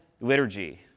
liturgy